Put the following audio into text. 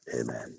amen